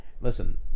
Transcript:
Listen